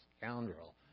scoundrel